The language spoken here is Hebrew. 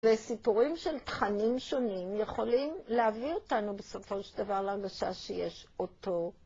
וסיפורים של תכנים שונים יכולים להעביר אותנו בסופו של דבר להרגשה שיש אותו.